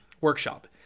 workshop